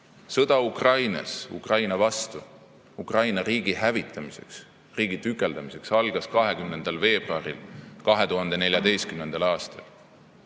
Sõda Ukrainas, Ukraina vastu, Ukraina riigi hävitamiseks, riigi tükeldamiseks algas 20. veebruaril 2014. aastal.